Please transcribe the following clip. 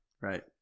Right